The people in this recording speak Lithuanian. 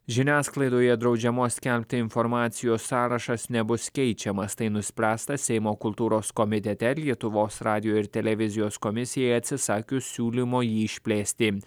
žiniasklaidoje draudžiamos skelbti informacijos sąrašas nebus keičiamas tai nuspręsta seimo kultūros komitete lietuvos radijo ir televizijos komisijai atsisakius siūlymo jį išplėsti